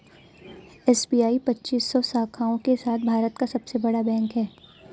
SBI पच्चीस सौ शाखाओं के साथ भारत का सबसे बड़ा बैंक है